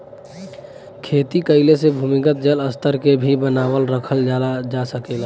खेती कइले से भूमिगत जल स्तर के भी बनावल रखल जा सकल जाला